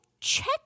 check